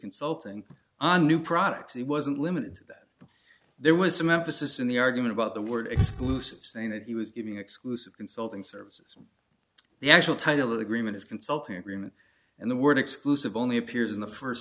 consulting on new products he wasn't limited that there was some emphasis in the argument about the word exclusive saying that he was giving exclusive consulting services the actual title agreement is consulting agreement and the word exclusive only appears in the first